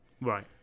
Right